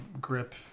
grip